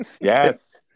Yes